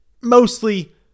mostly